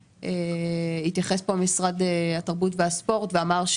התייחס פה משרד התרבות והספורט ואמר,